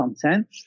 content